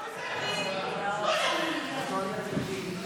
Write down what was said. לאומי-אזרחי בחוץ לארץ),